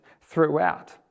throughout